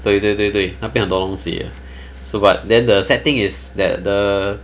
对对对对那边很多东西的 so but then the sad thing is that the